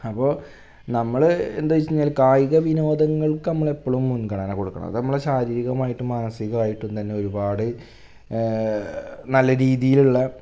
അപ്പോൾ നമ്മൾ എന്ത് ചോദിച്ചു കഴിഞ്ഞാൽ കായിക വിനോദങ്ങള്ക്ക് നമ്മളെപ്പോഴും മുന്ഗണന കൊടുക്കണം അതു നമ്മളുടെ ശാരീരികമായിട്ടും മാനസികമായിട്ടും തന്നെ ഒരുപാട് നല്ല രീതിയിലുള്ള